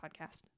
podcast